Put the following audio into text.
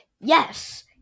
Yes